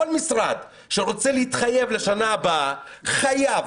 כל משרד שרוצה להתחייב לשנה הבאה חייב